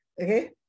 okay